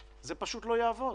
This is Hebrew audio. זה פשוט לא יעבוד